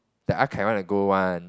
the Ah-Kai wanna go one